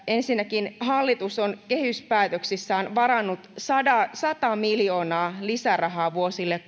ensinnäkin hallitus on kehyspäätöksissään varannut sata miljoonaa lisärahaa vuosille